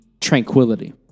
tranquility